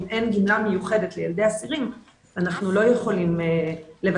אם אין גמלה מיוחדת לילדי אסירים אז אנחנו לא יכולים לוותר